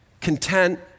Content